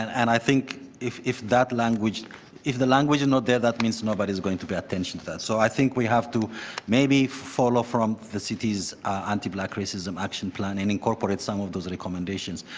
and i think if if that language if the language and not there that means nobody's going to pay attention to that. so i think we have to maybe follow from the city's anti-black racism action plan and incorporate some of those recommendations.